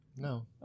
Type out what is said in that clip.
No